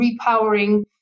repowering